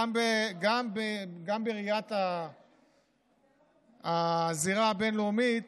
גם בראיית הזירה הבין-לאומית,